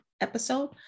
episode